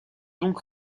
donc